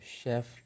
chef